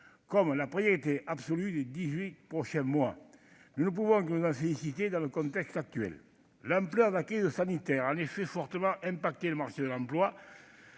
comme la priorité absolue des dix-huit prochains mois. Nous ne pouvons que nous en féliciter dans le contexte actuel. L'ampleur de la crise sanitaire a, en effet, fortement affecté le marché de l'emploi.